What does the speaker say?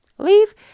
Leave